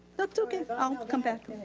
that's okay. i'll come back.